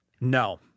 No